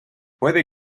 puede